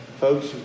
Folks